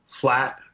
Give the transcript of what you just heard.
flat